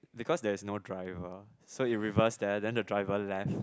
because there is no driver so it reversed there then the driver left